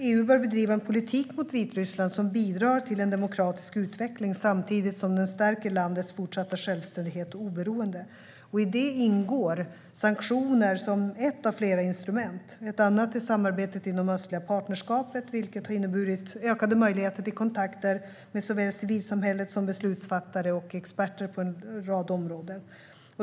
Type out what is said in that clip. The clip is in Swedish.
EU bör bedriva en politik mot Vitryssland som bidrar till en demokratisk utveckling samtidigt som den stärker landets fortsatta självständighet och oberoende. I det ingår sanktioner som ett av flera instrument. Ett annat är samarbetet inom östliga partnerskapet, vilket har inneburit ökade möjligheter till kontakter med såväl civilsamhället som beslutsfattare och experter på en rad områden.